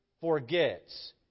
forgets